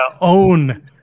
own